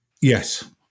Yes